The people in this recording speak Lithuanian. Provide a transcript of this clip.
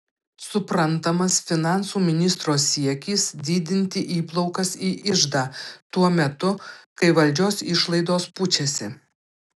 suprantamas finansų ministro siekis didinti įplaukas į iždą tuo metu kai valdžios išlaidos pučiasi